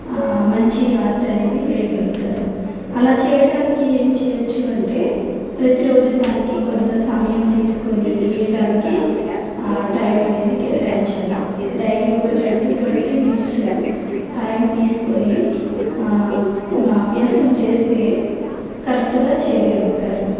మంచి ఆర్ట్ అనేది వేయగలుగుతారు అలా చేయడానికి ఏం చేయవచ్చు అంటే ప్రతిరోజు దానికి కొంత సమయం తీసుకొని గీయటానికి టైం అనేది కేటాయించాలి డైలీ ఒక ten to twenty minutes time తీసుకొని అభ్యాసం చేస్తే కరెక్ట్గా చేయగలుగుతారు